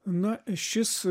na šis